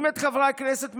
חברי הכנסת,